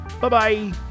Bye-bye